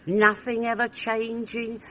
nothing ever changing,